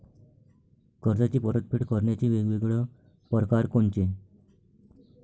कर्जाची परतफेड करण्याचे वेगवेगळ परकार कोनचे?